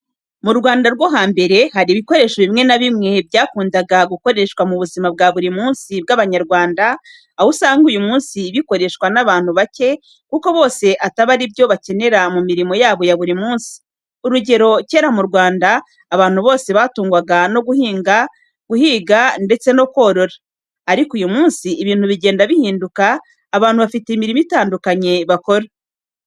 Mu Rwanda rwo hambere, hari ibikoresho bimwe na bimwe byakundaga gukoreshwa mu buzima bwa buri munsi bw'Abanyarwanda, aho usanga uyu munsi bikoreshwa n'abantu bake kuko bose ataba ari byo bakenera mu mirimo yabo ya buri munsi. Urugero: kera mu Rwanda abantu bose batungwaga no guhinga guhiga ndetse no korora, ariko uyu munsi ibintu bigenda bihinduka abantu bafite imirimo itandukanye bakora.